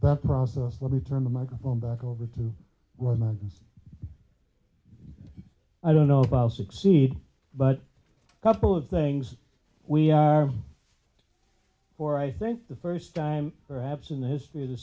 that process let me turn the microphone back over to romans i don't know about succeed but a couple of things we are for i think the first time perhaps in the history of the